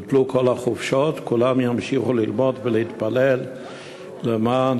בוטלו כל החופשות, כולם ימשיכו ללמוד ולהתפלל למען